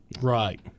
Right